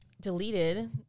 deleted